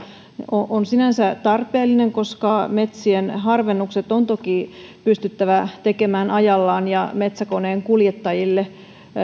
on sinänsä tarpeellinen koska metsien harvennukset on toki pystyttävä tekemään ajallaan ja metsäkoneen kuljettajille